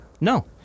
no